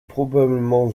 probablement